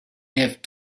have